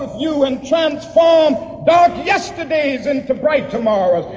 you and transform dark yesterdays into bright tomorrows,